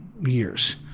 years